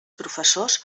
professors